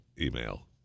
email